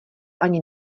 ani